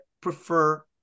Prefer